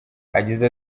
yagize